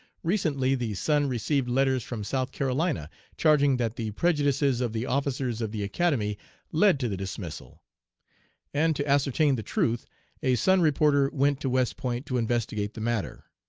recently the sun received letters from south carolina charging that the prejudices of the officers of the academy led to the dismissal and to ascertain the truth a sun reporter went to west point to investigate the matter.